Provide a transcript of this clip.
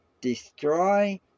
destroy